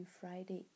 Friday